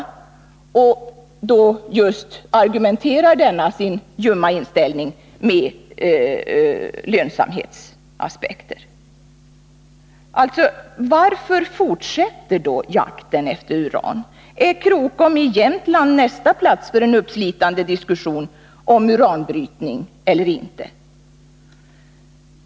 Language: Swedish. Som argument för denna sin ljumma inställning anför man just isar någon större vilja att lönsamhetsskäl. Varför fortsätter då jakten efter uran? Är Krokom i Jämtland nästa plats för en uppslitande diskussion om uranbrytning eller inte?